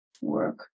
work